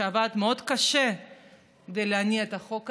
שעבד קשה מאוד כדי להניע את החוק הזה.